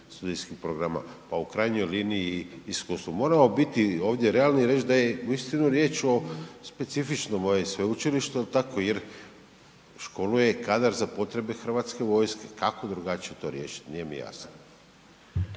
studijskih programa, pa u krajnjoj liniji i iskustvo. Moramo biti ovdje realni i reć da je uistinu riječ o specifičnom ovaj sveučilištu, jel tako, jer školuje kadar za potrebe HV-a, kako drugačije to riješit, nije mi jasno?